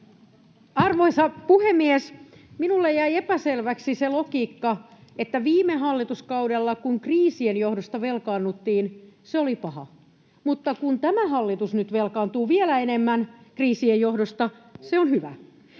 Arvoisa puhemies! Minulle jäi epäselväksi se logiikka, että viime hallituskaudella, kun kriisien johdosta velkaannuttiin, se oli paha, mutta kun tämä hallitus nyt velkaantuu vielä enemmän kriisien johdosta, se on hyvä.